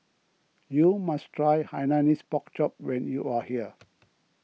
you must try Hainanese Pork Chop when you are here